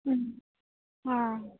ಹ್ಞೂ ಹಾಂ